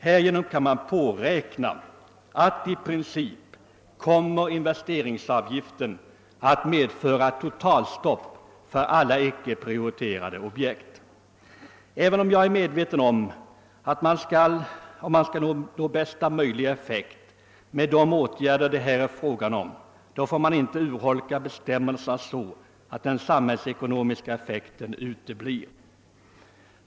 Härigenom kan man påräkna att investeringsavgiften i princip kommer att medföra totalstopp för alla icke prioriterade objekt. Jag är medveten om att man för att uppnå bästa möjliga effekt med de åtgärder det här är fråga om inte får urholka bestämmelserna så att den samhällsekonomiska effekten uteblir.